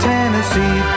Tennessee